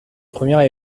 première